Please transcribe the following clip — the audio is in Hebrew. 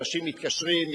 אנשים מתקשרים,